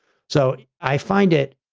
so, i find it,